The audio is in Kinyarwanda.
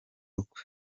ukwe